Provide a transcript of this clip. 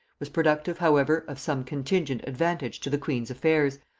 was productive however of some contingent advantage to the queen's affairs,